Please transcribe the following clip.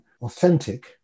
authentic